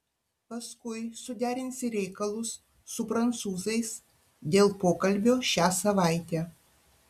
paskui suderinsi reikalus su prancūzais dėl pokalbio šią savaitę